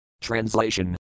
Translation